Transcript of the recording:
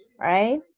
right